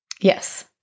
yes